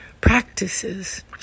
practices